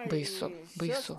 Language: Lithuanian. baisų baisų